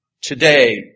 Today